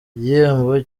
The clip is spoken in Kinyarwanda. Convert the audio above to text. igihembo